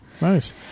Nice